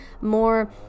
more